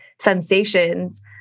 sensations